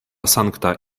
sankta